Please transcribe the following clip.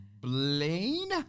Blaine